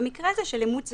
במקרה הזה, זה של אימות זהות.